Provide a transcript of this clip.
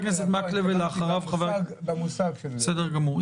לא משנה, התכוונתי במושג של --- בסדר גמור.